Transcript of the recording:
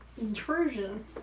Intrusion